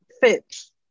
fits